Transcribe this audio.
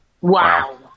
Wow